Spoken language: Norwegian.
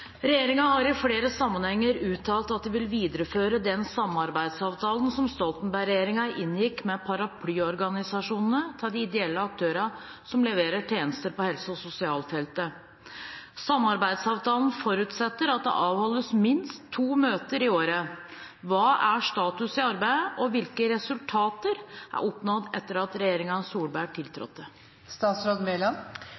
har i flere sammenhenger uttalt at de vil videreføre den samarbeidsavtalen som Stoltenberg-regjeringen inngikk med paraplyorganisasjonene til de ideelle aktørene som leverer tjenester på helse- og sosialfeltet. Samarbeidsavtalen forutsetter at det avholdes minst to møter i året. Hva er status for arbeidet, og hvilke resultater er oppnådd etter at regjeringen Solberg